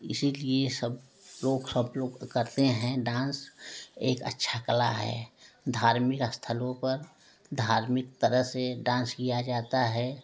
इसीलिए सब लोग सब लोग करते हैं डांस एक अच्छा कला है धार्मिक स्थलों पर धार्मिक तरह से डांस किया जाता है